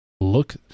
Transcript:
look